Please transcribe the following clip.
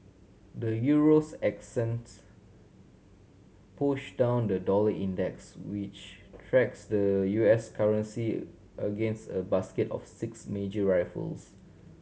the Euro's ascents pushed down the dollar index which tracks the U S currency against a basket of six major rivals